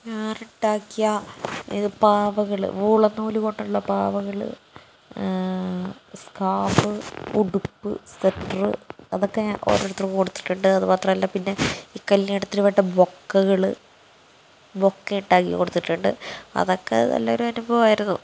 ഞാനുണ്ടാക്കിയ ഇത് പാവകൾ വൂളനൂലുകൊണ്ടുള്ള പാവകൾ സ്കാർഫ് ഉടുപ്പ് സെറ്ററ് അതൊക്കെ ഞാൻ ഓരോരുത്തർക്ക് കൊടുത്തിട്ടുണ്ട് അത് മാത്രമല്ല പിന്നെ ഈ കല്യാണത്തിന് വേണ്ട ബൊക്കകൾ ബൊക്കയുണ്ടാക്കി കൊടുത്തിട്ടുണ്ട് അതൊക്കെ നല്ല പരമായിട്ട് പോവുമായിരുന്നു